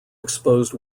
exposed